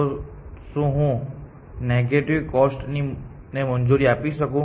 તો શું હું નેગેટિવ કોસ્ટ ને મંજૂરી આપી શકું